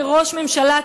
כראש ממשלה,